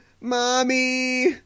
Mommy